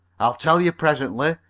i'll tell you presently.